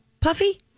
puffy